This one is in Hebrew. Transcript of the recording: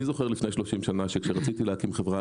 אני זוכר שלפני 30 שנים כשרציתי להקים חברה,